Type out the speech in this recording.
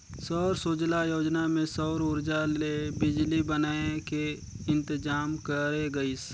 सौर सूजला योजना मे सउर उरजा ले बिजली बनाए के इंतजाम करे गइस